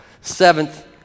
Seventh